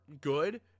good